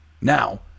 now